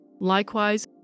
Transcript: Likewise